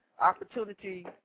opportunity